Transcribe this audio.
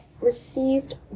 received